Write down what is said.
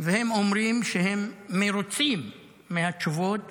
והם אומרים שהם מרוצים מהתשובות,